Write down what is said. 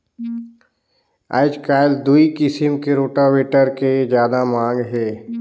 आयज कायल दूई किसम के रोटावेटर के जादा मांग हे